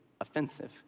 offensive